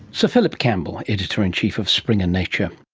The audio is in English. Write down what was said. sir philip campbell, editor in chief of springer nature